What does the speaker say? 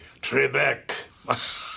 Trebek